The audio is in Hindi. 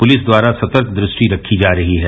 पुलिस द्वारा सतर्क दृष्टि रखी जा रही है